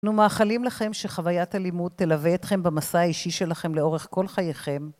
אנחנו מאחלים לכם שחוויית הלימוד תלווה אתכם במסע האישי שלכם לאורך כל חייכם.